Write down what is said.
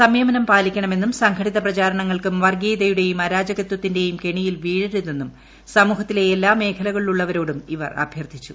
സംയമനം പാലിക്കണമെന്നും സംഘടിത പ്രചാരണങ്ങൾക്കും വർഗ്ഗീയതയുടേയും അരാജകത്വത്തിന്റെയും കെണിയിൽ വീഴരുതെന്നും സമൂഹത്തിലെ എല്ലാ മേഖലകളിലുള്ളവരോടും ഇവർ അഭ്യർത്ഥിച്ചു